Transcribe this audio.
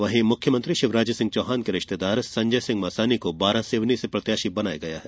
वहीं मुख्यमंत्री शिवराज सिंह चौहान के रिश्तेदार संजय सिंह मसानी को वारासिवनी से प्रत्याशी बनाया गया है